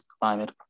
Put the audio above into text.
climate